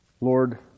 Lord